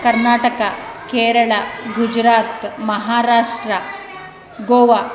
Karnataka Kerala Gujarat Maharashtra Goa